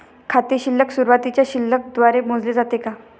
खाते शिल्लक सुरुवातीच्या शिल्लक द्वारे मोजले जाते का?